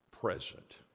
present